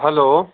hello